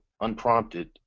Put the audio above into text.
unprompted